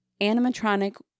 animatronic